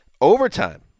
overtime